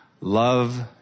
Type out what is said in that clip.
love